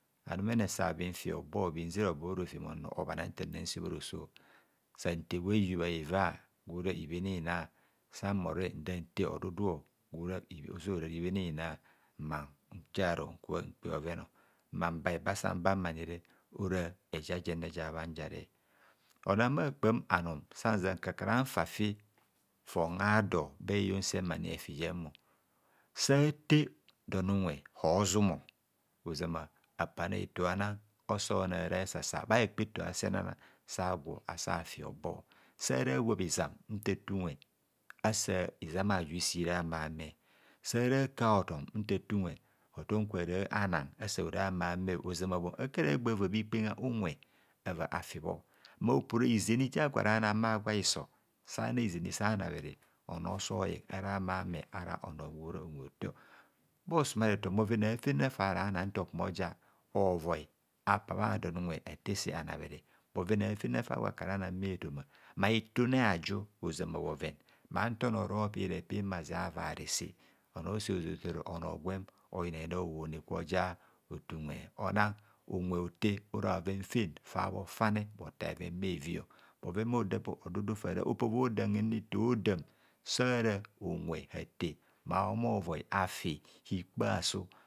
Anumene sabhia fi hobo bhinze hobor bha ro fem nnor obhana nta nna nse bha roso sante gwa hihubha hiva gwora ibhen inar, sanbhoro re nda nte odudu gwo jorara ibhen ina mma njiaru nka nkpe bhoven mman ba hiba san bam anire ora eja jene jabhan jare ona bhakpam sanja nka karanfi fon hador ba he yon sem efi jem sate don unwe ozume ozoma apa na eto ana oso na ara esasa bha hekpa eto asenana sagwo asa fi hobo sara wab izam nta te unwe izam aju isi ra amame nta te unwe sara ka hotom nta te unwe hotom akwo asa hora amame ozama ka ra va bhikpegha unwe afibho ma opora izeni ja gwo ana bhagwa hiso sa na izeni sa nabhere onor oso oye ara amame ara onor gwora unwe ote bhosu mare ton bhoven afe nana fa rana nto ku moja ovoi apa bha don unwe atese anabhere bhoven afenana fa gwo akarana bhaetoma ma itune aju ozama bhoven ma nta onor oro pi repib ntaraze avarese onor oso zeoro ono gwem oyinayina howone kwoja ote unwe ona unwe hote ora bhoven fen fa bhofane bhotar bheven bhevi bhoven bhohaoda bhodu fara opovo dam hene eto odam sara unwe hate ma homovoi afi hikpa asu.